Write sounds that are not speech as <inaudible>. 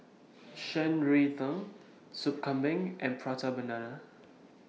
Shan Rui <unintelligible> Sop Kambing and Prata Banana